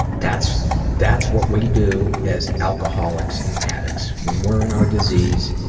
that's that's what we do as alcoholics and addicts. when we're in our disease,